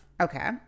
Okay